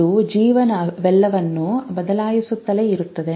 ಅದು ಜೀವನವೆಲ್ಲವನ್ನೂ ಬದಲಾಯಿಸುತ್ತಲೇ ಇರುತ್ತದೆ